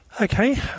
Okay